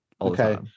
Okay